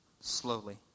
Slowly